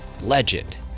legend